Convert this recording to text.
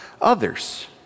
others